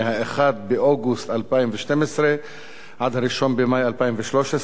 מ-1 באוגוסט 2012 עד 1 במאי 2013,